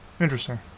Interesting